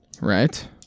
right